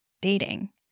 dating